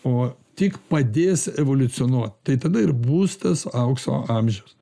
o tik padės evoliucionuot tai tada ir bus tas aukso amžius